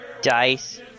Dice